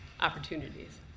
opportunities